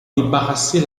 débarrasser